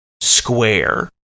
square